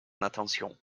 attention